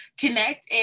Connect